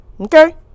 okay